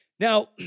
Now